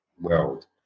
world